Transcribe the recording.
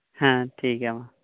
ᱦᱮᱸ ᱴᱷᱤᱠ ᱜᱮᱭᱟ ᱢᱟ